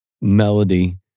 melody